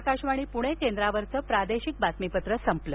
आकाशवाणी पुणे केंद्रावरचं प्रादेशिक बातमीपत्र संपलं